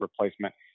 replacement